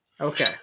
Okay